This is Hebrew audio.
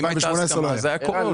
כי אם הייתה הסכמה זה היה קורה.